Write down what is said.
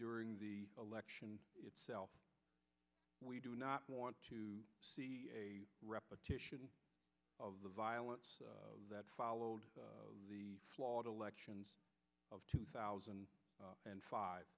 during the election itself we do not want to see a repetition of the violence that followed the flawed elections of two thousand and five